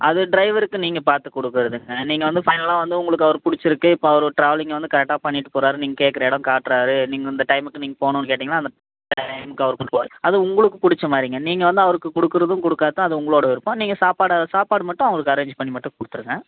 அது ட்ரைவருக்கு நீங்கள் பார்த்து கொடுக்கறதுங்க வந்து ஃபைனலாக வந்து உங்களுக்கு அவரை பிடிச்சிருக்கு இப்போ அவர் ட்ராவலிங் வந்து கரெக்ட்டாக பண்ணிகிட்டு போகிறாரு நீங்கள் கேட்குற இடம் காட்டுறாரு நீங்கள் எந்த டைமுக்கு நீங்கள் போகனும்னு கேட்டிங்கன்னா அந்த டைம்க்கு அவர் கூட்டிகிட்டு போவார் அதே உங்களுக்கு அதே உங்குளுக்கு பிடிச்சமாரிங்க நீங்கள் வந்து அவருக்கு கொடுக்குறதும் குடுகாததும் அது உங்களோட விருப்பம் நீங்கள் சாப்பாடை சாப்பாடு மட்டும் அவங்குளுக்கு அரேஜ் பண்ணி மட்டும் கொடுத்துடுங்க